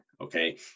okay